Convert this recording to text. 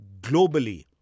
globally